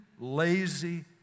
lazy